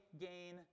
gain